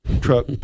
truck